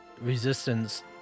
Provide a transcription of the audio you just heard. resistance